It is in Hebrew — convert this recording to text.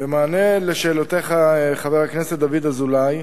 במענה על שאלותיך, חבר הכנסת דוד אזולאי,